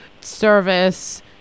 service